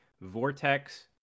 Vortex